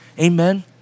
Amen